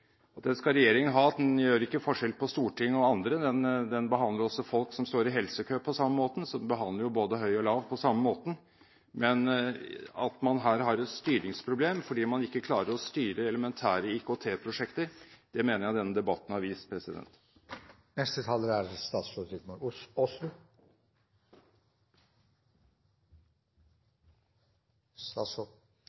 skal regjeringen ha, at den gjør ikke forskjell på Stortinget og andre. Den behandler også folk som står i helsekø på samme måten. Så de behandler høy og lav på samme måten. Men at man her har et styringsproblem fordi man ikke klarer å styre elementære IKT-prosjekter, mener jeg denne debatten har vist.